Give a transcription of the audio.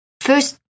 first